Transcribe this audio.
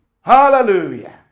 Hallelujah